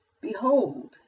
Behold